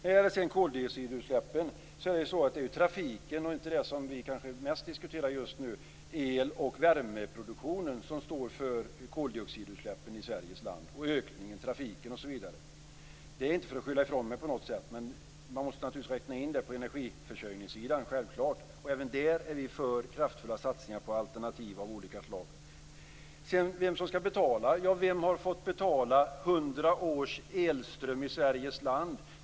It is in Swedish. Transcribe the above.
När det gäller koldioxidutsläppen är det ju den ökade trafiken och inte det som vi kanske mest diskuterar just nu, nämligen el och värmeproduktionen, som står för koldioxidutsläppen i Sveriges land. Jag säger inte detta för att jag vill skylla ifrån mig på något sätt, men man måste naturligtvis räkna in detta på energiförsörjningssidan. Även där är vi för kraftfulla satsningar på alternativ av olika slag. Sedan när det gäller vem som skall betala - ja, vem har fått betala hundra års elström i Sveriges land?